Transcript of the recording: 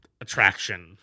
attraction